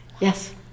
Yes